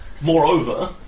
Moreover